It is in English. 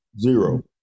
zero